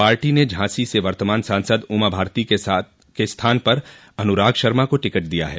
party ने झांर्सी से वर्तमान सांसद उमा भारती के स्थान पर अनुराग शर्मा को टिकट दिया है